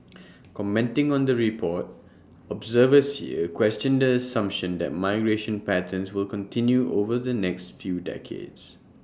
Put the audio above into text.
commenting on the report observers here questioned the assumption that migration patterns will continue over the next few decades